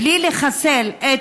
בלי לחסל את